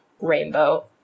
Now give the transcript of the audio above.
rainbow